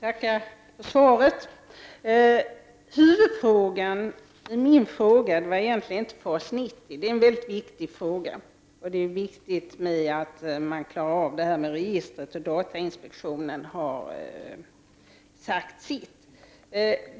Herr talman! Jag tackar för svaret. Min huvudfråga var egentligen inte den som handlar om FAS 90-projektet. Det är en väldigt viktig fråga, och det är viktigt att klara av frågorna kring registret. Datainspektionen har sagt sitt.